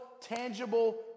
tangible